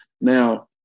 Now